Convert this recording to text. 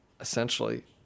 essentially